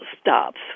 stops